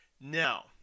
Now